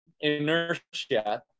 inertia